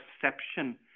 perception